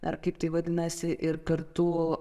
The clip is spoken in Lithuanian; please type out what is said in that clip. ar kaip tai vadinasi ir kartu